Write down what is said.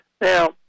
Now